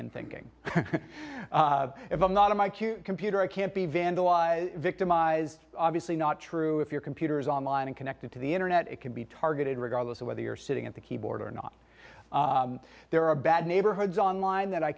and thinking if i'm not a mike your computer i can't be vandalized victimized obviously not true if your computer's online and connected to the internet it can be targeted regardless of whether you're sitting at the keyboard or not there are bad neighborhoods online that i